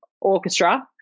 orchestra